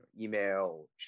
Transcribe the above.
email